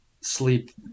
sleep